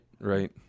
right